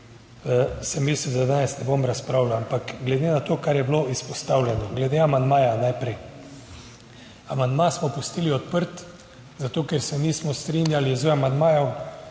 sem mislil, da danes ne bom razpravljal. Ampak glede na to, kar je bilo izpostavljeno glede amandmaja, najprej. Amandma smo pustili odprt zato, ker se nismo strinjali z amandmajem